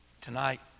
Tonight